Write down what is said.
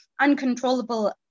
uncontrollable